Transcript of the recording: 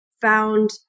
found